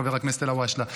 חבר הכנסת אלהואשלה.